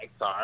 XR